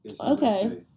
okay